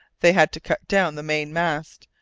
they had to cut down the mainmast,